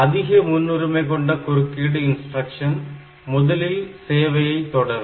அதிக முன்னுரிமை கொண்ட குறுக்கீடு இன்ஸ்டிரக்ஷன் முதலில் சேவையை தொடரும்